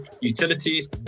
utilities